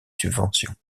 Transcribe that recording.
subventions